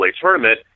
tournament